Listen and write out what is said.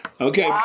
Okay